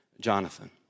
Jonathan